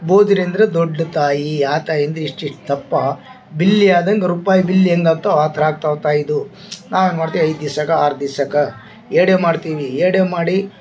ಬುಜ್ರಿ ಅಂದರೆ ದೊಡ್ಡ ತಾಯಿ ಆ ತಾಯಿಂದು ಇಷ್ಟಿಷ್ಟು ದಪ್ಪ ಬಿಲ್ಲಿಯಾದಂಗ ರುಪಾಯಿ ಬಿಲ್ಲಿ ಹೆಂಗ್ ಆತೊ ಆ ಥರ ಆಗ್ತಾವ ತಾಯಿದು ಮತ್ತು ಐದು ದಿವ್ಸಾಕ್ಕ ಆರು ದಿವ್ಸಾಕ ಎಡೆ ಮಾಡ್ತೀವಿ ಎಡೆ ಮಾಡಿ